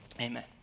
Amen